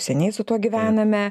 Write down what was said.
seniai su tuo gyvename